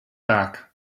back